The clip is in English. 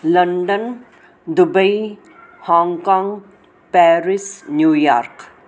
London Dubai Hong Kong Paris New York